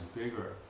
bigger